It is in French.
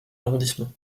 arrondissement